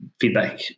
feedback